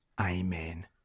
Amen